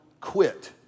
quit